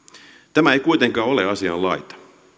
tämä ei kuitenkaan ole asianlaita